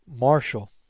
Marshall